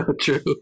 True